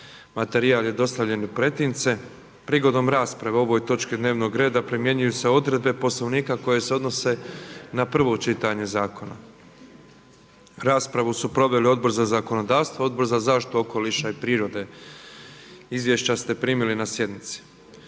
Materijal je dostavljen u pretince. Prigodom rasprave o ovoj točki dnevnog reda primjenjuju se odredbe Poslovnika koje se odnose na prvo čitanje zakona. Raspravu su proveli Odbor za zakonodavstvo, Odbor za zaštitu okoliša i prirode. Izvješća ste primili na sjednici.